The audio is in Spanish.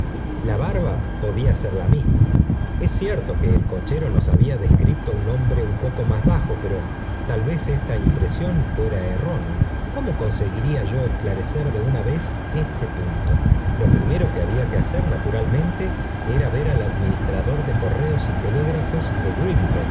la barba podía ser la mil es cierto que el cochero nos había descrito unsp bre un poco más bajo pero tal vez esta fuera errópea cómo conseguiría yo esclarecer de una punto lo primerp que había que hacer iuralv mente era ver al administrador de correos y jje fe légrafos de